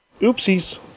Oopsies